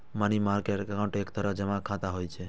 money market account एक तरह जमा खाता होइ छै